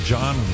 John